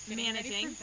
managing